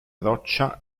roccia